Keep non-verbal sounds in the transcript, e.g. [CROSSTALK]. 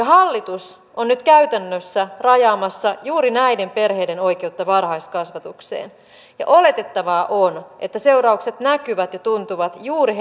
[UNINTELLIGIBLE] hallitus on nyt käytännössä rajaamassa juuri näiden perheiden oikeutta varhaiskasvatukseen ja oletettavaa on että seuraukset näkyvät ja tuntuvat juuri [UNINTELLIGIBLE]